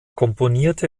komponierte